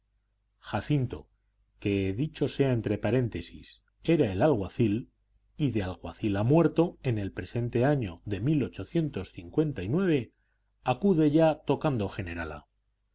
jacinto que dicho sea entre paréntesis era el alguacil y de alguacil ha muerto en el presente año de acude ya tocando generala